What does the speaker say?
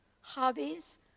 hobbies